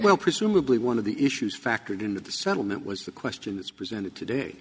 will presumably one of the issues factored in the settlement was the question as presented today